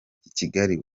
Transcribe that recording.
kigali